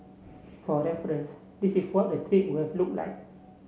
for reference this is what the we've look like